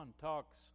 talks